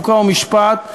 חוק ומשפט,